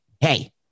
Hey